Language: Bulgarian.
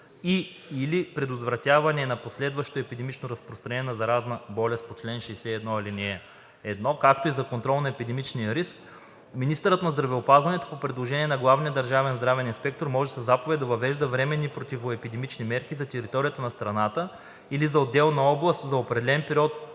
и/или предотвратяване на последващо епидемично разпространение на заразна болест по чл. 61, ал. 1, както и за контрол на епидемичния риск министърът на здравеопазването по предложение на главния държавен здравен инспектор може със заповед да въвежда временни противоепидемични мерки за територията на страната или за отделна област за определен период